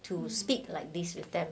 to speak like this with them